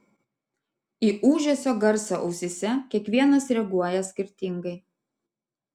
į ūžesio garsą ausyse kiekvienas reaguoja skirtingai